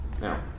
Now